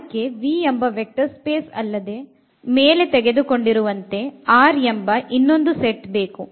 ಅದಕ್ಕೆ V ಎಂಬ vector space ಅಲ್ಲದೆ ಮೇಲೆ ತೆಗೆದುಕೊಂಡಿರುವಂತೆ R ಎಂಬ ಇನ್ನೊಂದು ಸೆಟ್ ಬೇಕು